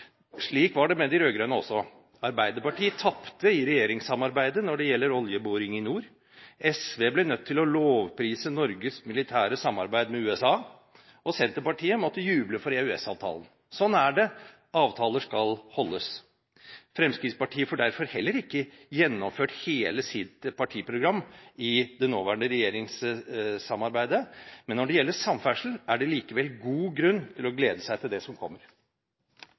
Slik var det med de rød-grønne også. Arbeiderpartiet tapte i regjeringssamarbeidet når det gjelder oljeboring i nord, SV ble nødt til å lovprise Norges militære samarbeid med USA, og Senterpartiet måtte juble for EØS-avtalen. Sånn er det – avtaler skal holdes. Fremskrittspartiet får derfor heller ikke gjennomført hele sitt partiprogram i det nåværende regjeringssamarbeidet, men når det gjelder samferdsel, er det likevel god grunn til å glede seg til det som kommer.